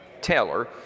Taylor